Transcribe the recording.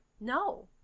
No